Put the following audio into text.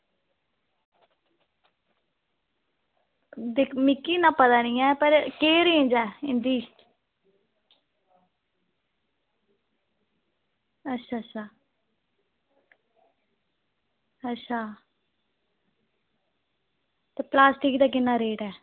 मिगी इन्ना पता निं ऐ पर केह् रेंज ऐ इं'दी अच्छा अच्छा अच्छा ओह् प्लास्टिक दा किन्ना रेट ऐ